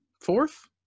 Fourth